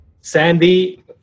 Sandy